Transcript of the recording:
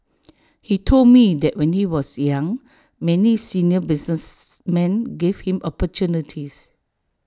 he told me that when he was young many senior businessmen gave him opportunities